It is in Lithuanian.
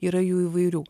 yra jų įvairių